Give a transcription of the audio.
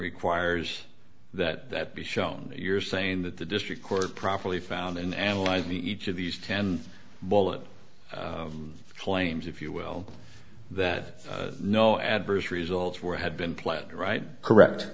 requires that that be shown you're saying that the district court properly found in analyzing the each of these ten bullet claims if you will that no adverse results were had been planted right correct